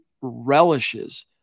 relishes